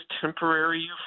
temporary